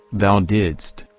thou didst,